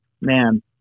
man